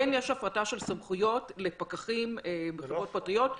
כן יש הפרטה של סמכויות לפקחים בחברות פרטיות.